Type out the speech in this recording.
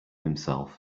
himself